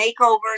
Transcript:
makeovers